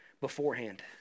beforehand